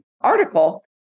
article